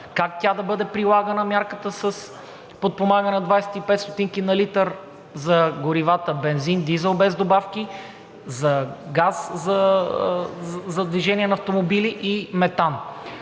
как да бъде прилагана мярката с подпомагане от 0,25 ст. на литър за горивата – бензин, дизел без добавки, газ за движение на автомобили и метан.